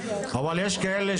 בילדים.